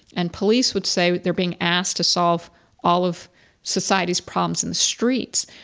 and police would say they're being asked to solve all of society's problems in the streets.